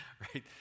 right